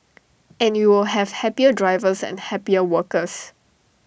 and you will have happier drivers and happier workers